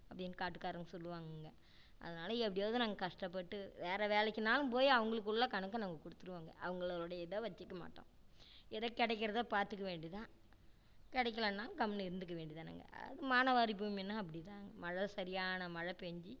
அப்படின்னு காட்டுக்காரங்கள் சொல்லுவாங்கங்க அதனால் எப்படியாவது நாங்கள் கஷ்டப்பட்டு வேறு வேலைக்கினாலும் போய் அவங்களுக்கு உள்ள கணக்கை நாங்கள் கொடுத்துருவோங்க அவங்களோடைய இதை வச்சுக்க மாட்டோம் ஏதோ கிடைக்கிறத பார்த்துக்க வேண்டி தான் கிடைக்கிலன்னாலும் கம்முன்னு இருந்துக்க வேண்டி தானுங்க அது மானாவாரி பூமின்னால் அப்படி தாங்க மழை சரியான மழை பெஞ்சு